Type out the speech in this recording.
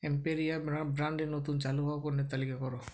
Emperia ব্র্যান্ডের নতুন চালু হওয়া পণ্যের তালিকা করো